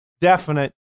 definite